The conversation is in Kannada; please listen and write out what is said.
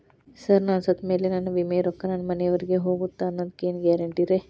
ಸರ್ ನಾನು ಸತ್ತಮೇಲೆ ನನ್ನ ವಿಮೆ ರೊಕ್ಕಾ ನನ್ನ ಮನೆಯವರಿಗಿ ಹೋಗುತ್ತಾ ಅನ್ನೊದಕ್ಕೆ ಏನ್ ಗ್ಯಾರಂಟಿ ರೇ?